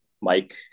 Mike